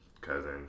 cousin